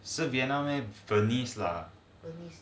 是 vietnam meh burmese lah